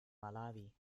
malawi